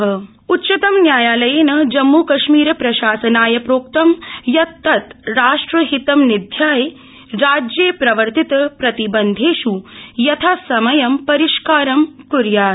उच्चतमन्यायालय कश्मीरम् उच्चतमन्यायालयेन जम्मूकश्मीर प्रशासनाय प्रोक्तं यत् तत् राष्ट्रहितं निध्याय राज्ये प्रवर्तित प्रतिबन्धेष् यथासमयं रिष्कारं कुर्यात्